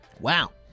wow